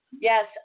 Yes